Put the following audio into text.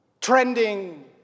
trending